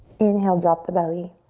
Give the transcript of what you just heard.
inhale, drop the belly.